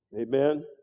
Amen